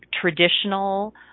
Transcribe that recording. traditional